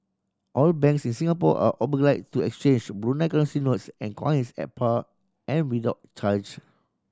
all banks in Singapore are oblige to exchange Brunei currency notes and coins at par and without charge